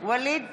ווליד טאהא,